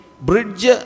bridge